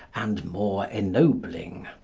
and more ennobling.